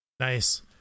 Nice